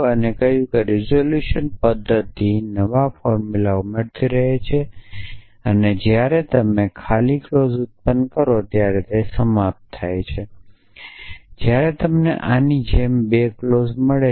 અને કહ્યું કે રીઝોલ્યુશન પદ્ધતિ નવા ફોર્મ્યુલા ઉમેરતી રહે છે અને જ્યારે તમે ખાલી ક્લોઝ ઉત્પન્ન કરો છો ત્યારે સમાપ્ત થાય છે જ્યારે તમને આની જેમ 2 ક્લોઝ મળે છે